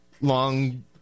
Long